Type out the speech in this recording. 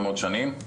אני מודה לכם.